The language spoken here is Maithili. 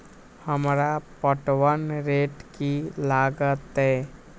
हमरा पटवन रेट की लागते?